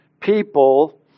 people